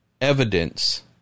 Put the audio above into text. evidence